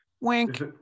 wink